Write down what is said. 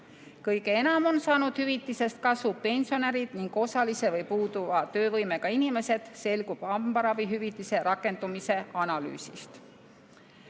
Kõige enam on saanud hüvitisest kasu pensionärid ning osalise või puuduva töövõimega inimesed, selgub hambaravihüvitise rakendumise analüüsist.